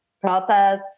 protests